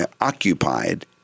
occupied